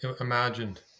imagined